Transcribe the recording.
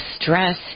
stress